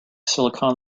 silicon